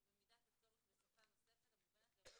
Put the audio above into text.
ובמידת הצורך בשפה נוספת המובנת לרוב